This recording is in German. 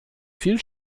viel